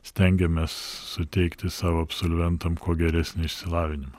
stengiamės suteikti savo absolventam kuo geresnį išsilavinimą